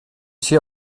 sie